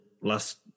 last